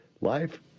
Life